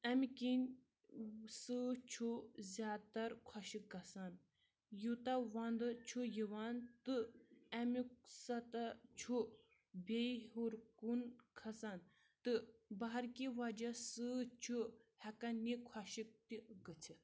اَمہِ کِنۍ سۭتۍ چھُ زیادٕ تَر خۄشِک گژھان یوٗتاہ وَندٕ چھُ یِوان تہٕ اَمیُٚک سطح چھُ بیٚیہِ ہیوٚر کُن کھَسان تہٕ بَہرکہِ وجہ سۭتۍ چھُ ہٮ۪کَان یہِ خۄشِک تہِ گٔژھِتھ